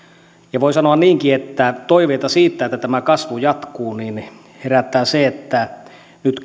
ja voi sanoa niinkin että toiveita siitä että tämä kasvu jatkuu herättää se että nyt